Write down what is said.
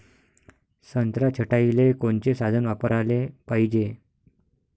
संत्रा छटाईले कोनचे साधन वापराले पाहिजे?